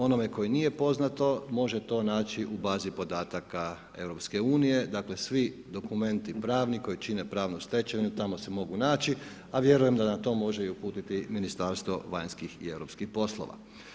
Onome koje nije poznato može to naći u bazi podataka EU, dakle svi dokumenti pravni koji čine pravnu stečevinu tamo se mogu naći, a vjerujem da na to može i uputiti Ministarstvo vanjskih i europskih poslova.